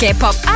K-pop